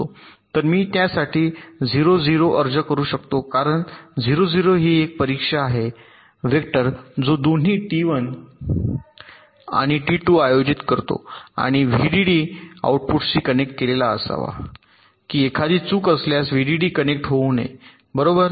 तर मी त्यासाठी 00 अर्ज करू शकतो कारण 0 0 ही एक परीक्षा आहे वेक्टर जो दोन्ही टी 1 आणि टी 2 आयोजित करतो आणि व्हीडीडी आउटपुटशी कनेक्ट केलेला असावा की एखादी चूक असल्यास व्हीडीडी कनेक्ट होऊ नये बरोबर